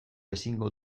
ezingo